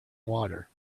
water